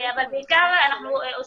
אבל בעיקר אנחנו עוסקים,